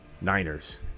Niners